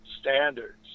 standards